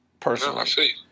Personally